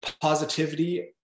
positivity